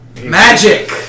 Magic